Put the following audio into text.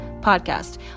podcast